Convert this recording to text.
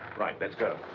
right. let's go.